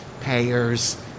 payers